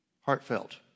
Heartfelt